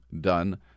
done